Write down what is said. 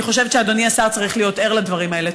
אני חושבת שאדוני השר צריך להיות ער לדברים האלה.